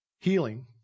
healing